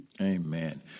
Amen